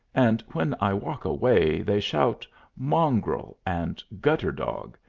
and when i walk away they shout mongrel! and gutter-dog!